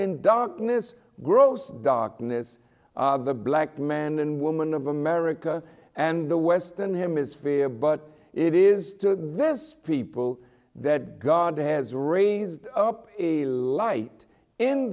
in darkness grows darkness the black men and women of america and the western hemisphere but it is to this people that god has raised up a light in